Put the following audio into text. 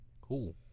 Cool